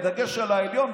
בדגש על העליון,